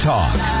Talk